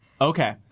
Okay